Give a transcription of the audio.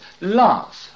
Love